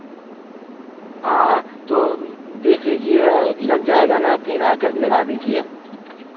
हाँ हाँ तो देख लीजिए और लग जाएगा ना फिर आकर लगा दीजिए